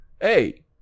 Hey